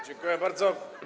Dziękuję bardzo.